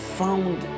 found